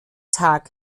tag